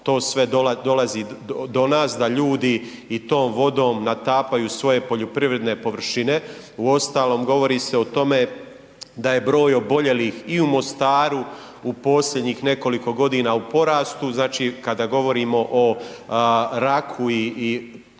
to sve dolazi do nas, da ljudi i tom vodom natapaju svoje poljoprivredne površine, uostalom govori se o tome da je broj oboljelih i u Mostaru u posljednjih nekoliko godina u porastu, znači kada govorimo o raku i sl.